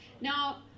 now